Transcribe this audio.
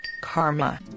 karma